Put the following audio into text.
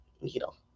needle